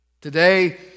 Today